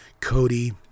Cody